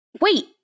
Wait